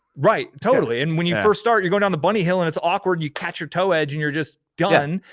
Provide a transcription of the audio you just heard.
right, totally, and when you first start, you're going down the bunny hill and it's awkward, you catch your toe edge, and your just done,